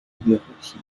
hierarchie